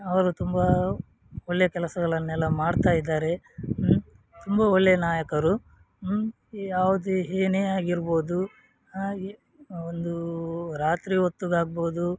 ಅವರು ತುಂಬ ಒಳ್ಳೆಯ ಕೆಲಸಗಳನ್ನೆಲ್ಲ ಮಾಡ್ತಾ ಇದ್ದಾರೆ ಹ್ಞೂ ತುಂಬ ಒಳ್ಳೆಯ ನಾಯಕರು ಹ್ಞೂ ಯಾವುದೇ ಏನೇ ಆಗಿರ್ಬೋದು ಹಾಂ ಒಂದು ರಾತ್ರಿ ಹೊತ್ತಿಗಾಗ್ಬೋದು